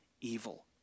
evil